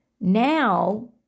Now